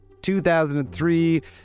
2003